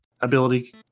ability